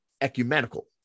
ecumenical